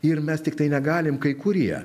ir mes tiktai negalim kai kurie